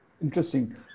Interesting